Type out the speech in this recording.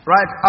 Right